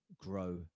grow